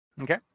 Okay